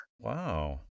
Wow